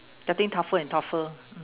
getting tougher and tougher mm